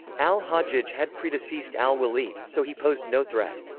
al-hajjaj had predeceased al-walid, so he posed no threat.